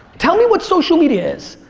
tell me what social media is.